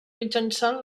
mitjançant